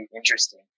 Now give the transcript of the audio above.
interesting